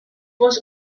was